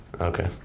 Okay